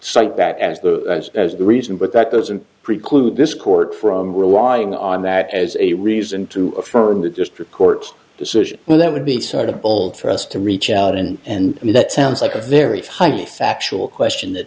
cite that as the as the reason but that doesn't preclude this court from were lying on that as a reason to affirm the district court decision well that would be sort of old for us to reach out in and i mean that sounds like a very funny factual question that